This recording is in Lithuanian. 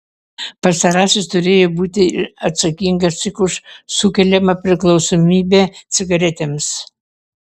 pastarasis turėjo būti atsakingas tik už sukeliamą priklausomybę cigaretėms